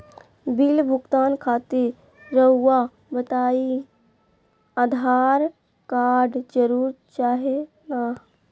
Bill भुगतान खातिर रहुआ बताइं आधार कार्ड जरूर चाहे ना?